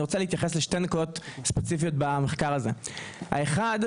אני רוצה להתייחס לשתי נקודות ספציפיות במחקר הזה: ראשית,